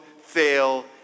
fail